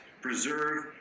preserve